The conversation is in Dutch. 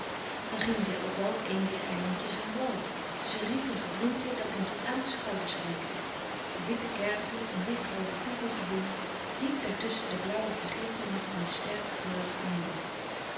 dan gingen zij ook wel op een dier eilandjes aan wal tusschen riet en gebloemte dat hen tot aan de schouders reikte de witte kervel en licht roode koekoeksbloem diep daartusschen de blauwe vergeet mij niet en de sterk geurige munthe